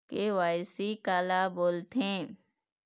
KYC काला बोलथें?